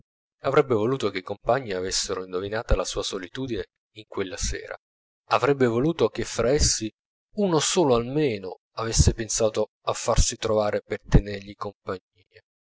avrebbe voluto che i compagni avessero indovinata la sua solitudine in quella sera avrebbe voluto che fra essi uno solo almeno avesse pensato a farsi trovare per tenergli compagnia